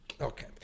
Okay